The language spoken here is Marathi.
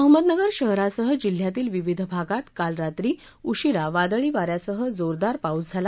अहमदनगर शहरासह जिल्ह्यातील विविध भागात काल रात्री उशिरा वादळी वाऱ्यासह जोरदार पाऊस झाला